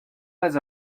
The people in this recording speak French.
pas